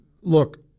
Look